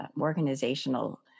organizational